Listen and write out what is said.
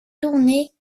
tournée